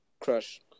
Crush